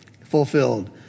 fulfilled